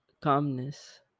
calmness